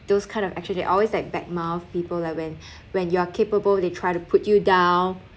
those kind of actually they always like bad mouth people like when when you're capable they try to put you down